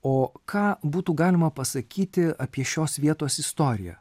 o ką būtų galima pasakyti apie šios vietos istoriją